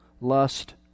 lust